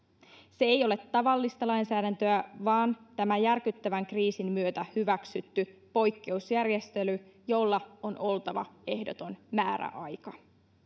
se ei ole tavallista lainsäädäntöä vaan tämän järkyttävän kriisin myötä hyväksytty poikkeusjärjestely jolla on oltava ehdoton määräaika